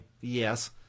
yes